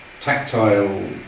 tactile